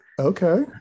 okay